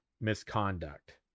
misconduct